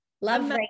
Love